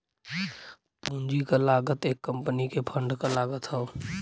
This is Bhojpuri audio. पूंजी क लागत एक कंपनी के फंड क लागत हौ